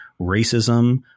racism